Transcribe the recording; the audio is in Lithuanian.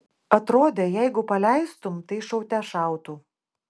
atrodė jeigu paleistum tai šaute šautų